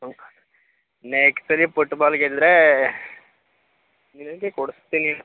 ಹ್ಞೂ ನೆಕ್ಸ್ಟ್ ಸಲ ಫುಟ್ಬಾಲ್ ಗೆದ್ದರೆ ನಿಮಗೆ ಕೊಡಸ್ತೀನಿ